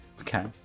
Okay